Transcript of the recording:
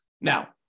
Now